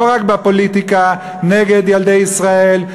לא רק בפוליטיקה נגד ילדי ישראל.